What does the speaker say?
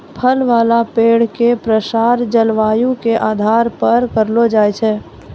फल वाला पेड़ के प्रसार जलवायु के आधार पर करलो जाय छै